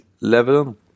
level